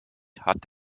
hat